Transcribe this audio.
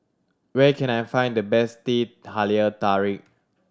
where can I find the best Teh Halia Tarik